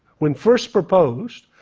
when first proposed,